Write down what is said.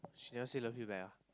she just say love you back